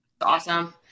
Awesome